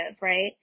right